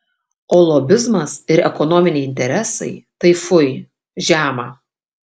o lobizmas ir ekonominiai interesai tai fui žema